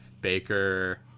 Baker